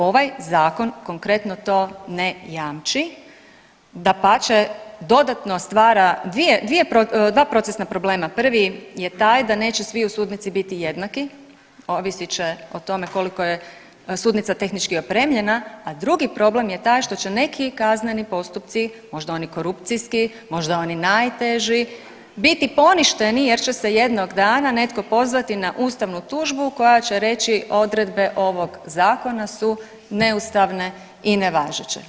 Ovaj Zakon konkretno, to ne jamči, dapače, dodatno stvara dvije, dva procesna problema, prvi je taj da neće svi u sudnici biti jednaki, ovisit će o tome koliko je sudnica tehnički opremljena, a drugi problem je taj što će neki kazneni postupci, možda oni korupcijski, možda oni najteži, biti poništeni jer će se jednog dana netko pozvati na ustavnu tužbu koja će reći odredbe ovog Zakona su neustavne i nevažeće.